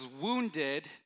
wounded